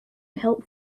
help